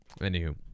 Anywho